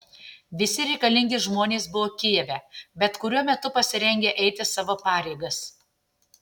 visi reikalingi žmonės buvo kijeve bet kuriuo metu pasirengę eiti savo pareigas